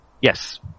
Yes